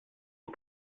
aux